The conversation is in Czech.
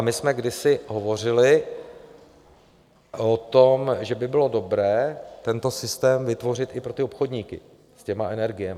My jsme kdysi hovořili o tom, že by bylo dobré tento systém vytvořit i pro ty obchodníky s energiemi.